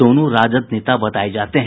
दोनों राजद नेता बताये जाते हैं